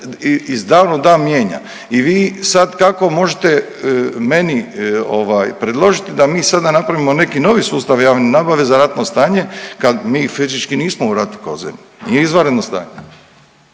iz dana u dan mijenja. I vi sad kako možete meni ovaj predložiti da mi sada napravimo neki novi sustav javne nabave za ratno stanje kad mi nismo fizički u ratu kao zemlja, nije izvanredno stanje.